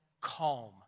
calm